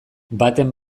baten